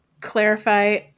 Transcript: clarify